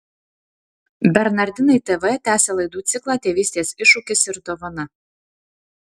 bernardinai tv tęsia laidų ciklą tėvystės iššūkis ir dovana